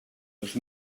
dos